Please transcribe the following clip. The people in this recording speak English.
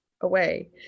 away